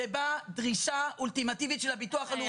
זאת היתה דרישה אולטימטיבית של הביטוח הלאומי.